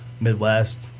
Midwest